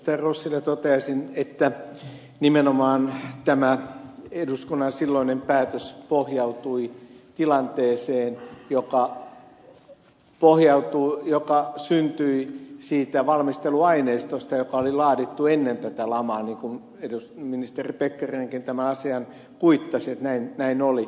rossille toteaisin että nimenomaan tämä eduskunnan silloinen päätös pohjautui tilanteeseen joka syntyi siitä valmisteluaineistosta joka oli laadittu ennen tätä lamaa niin kuin ministeri pekkarinenkin tämän asian kuittasi että näin oli